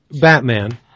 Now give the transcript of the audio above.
Batman